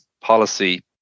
policy